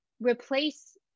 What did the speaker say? replace